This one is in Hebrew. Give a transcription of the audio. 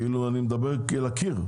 זה כאילו אני מדבר אל הקיר.